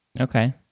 Okay